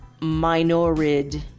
Minorid